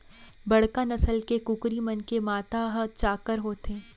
बड़का नसल के कुकरी मन के माथा ह चाक्कर होथे